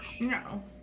No